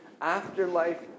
afterlife